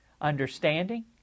understanding